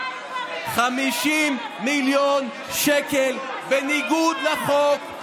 50 מיליון שקל בניגוד לחוק,